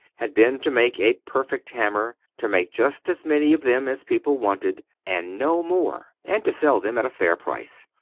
had been to make a perfect hammer, to make just as many of them as people wanted, and no more, and to sell them at a fair price.